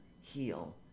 heal